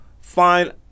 find